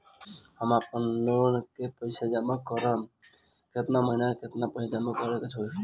हम आपनलोन के पइसा जमा करेला केतना महीना केतना पइसा जमा करे के होई?